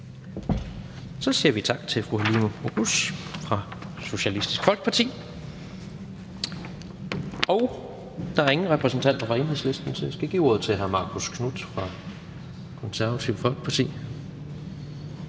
Så siger vi tak til fru Halime Oguz fra Socialistisk Folkeparti. Der er ingen repræsentant fra Enhedslisten, så jeg skal give ordet til hr. Marcus Knuth fra Konservative Folkeparti.